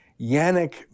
Yannick